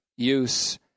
use